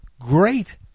great